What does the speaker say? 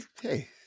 hey